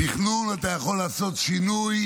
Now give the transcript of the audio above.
בתכנון אתה יכול לעשות שינוי,